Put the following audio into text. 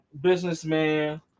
businessman